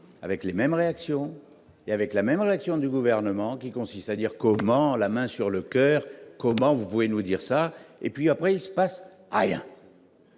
avec les mêmes réactions et avec la même réaction du gouvernement qui consiste à dire : comment la main sur le coeur, comment vous pouvez nous dire ça et puis après, il se passe